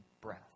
breath